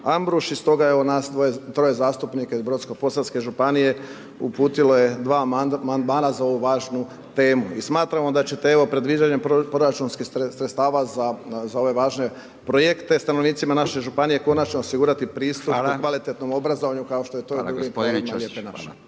Ambruš i stoga nas dvoje, troje zastupnika iz Brodsko-posavske županije, uputilo je dva Amandmana za ovu važnu temu. I smatramo da ćete, evo, predviđanjem proračunskih sredstava za ove važne projekte, stanovnicima naše županije, konačno osigurati pristup …/Upadica: Hvala/…kvalitetnom obrazovanju, kao što je to…/Govornik se ne